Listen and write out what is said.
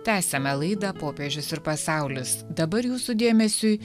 tęsiame laidą popiežius ir pasaulis dabar jūsų dėmesiui